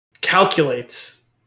calculates